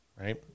right